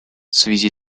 связи